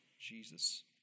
Jesus